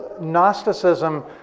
Gnosticism